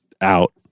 out